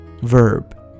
Verb